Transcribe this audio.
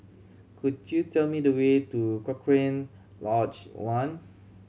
could you tell me the way to Cochrane Lodge One